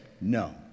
no